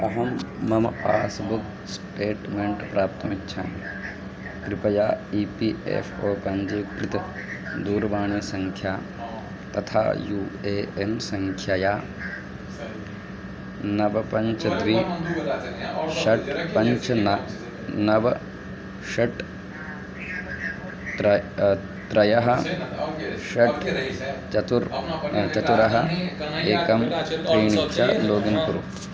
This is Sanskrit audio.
अहं मम पास्बुक् स्टेट्मेण्ट् प्राप्तुमिच्छामि कृपया ई पी एफ़् ओ पञ्जीकृत दूरवाणीसङ्ख्या तथा यू ए एन् सङ्ख्यया नव पञ्च त्रीणि षट् पञ्च न नव षट् त्रीणि त्रीणि षट् चत्वारि चतुरः एकं त्रीणि च लोगिन् कुरु